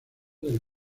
del